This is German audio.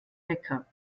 wecker